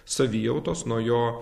savijautos nuo jo